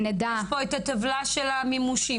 יש פה את הטבלה של המימושים.